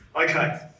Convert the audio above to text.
Okay